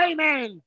Amen